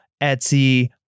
Etsy